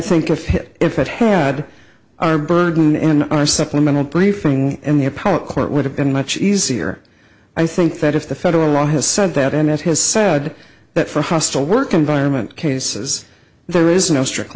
think of it if it had our burden in our supplemental briefing and the appellate court would have been much easier i think that if the federal law has said that and it has said that for hostile work environment cases there is no strict